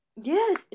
Yes